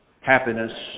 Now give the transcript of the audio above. happiness